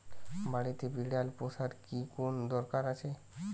বাড়িতে বিড়াল পোষার কি কোন দরকার আছে?